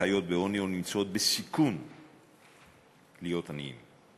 החיות בעוני או נמצאות בסיכון להיות עניות.